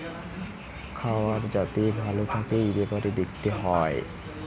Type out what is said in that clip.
খাবার যাতে ভালো থাকে এই বেপারে দেখতে হয়